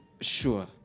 Sure